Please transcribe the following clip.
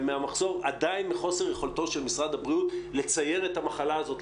ומהמחסור עדיין בחוסר יכולתו של משרד הבריאות לצייר את המחלה הזאת,